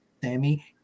Sammy